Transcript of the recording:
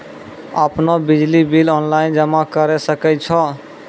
आपनौ बिजली bill online जमा करै सकै छौ?